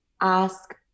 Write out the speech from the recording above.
ask